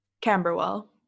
camberwell